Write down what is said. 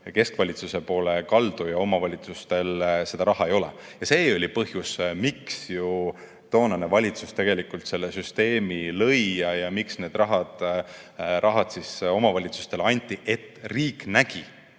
keskvalitsuse poole kaldu. Omavalitsustel seda raha ei ole ja see oli põhjus, miks toonane valitsus tegelikult selle süsteemi lõi ja miks need summad omavalitsustele anti. Riik nägi,